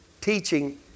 teaching